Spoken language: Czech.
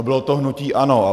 Bylo to hnutí ANO.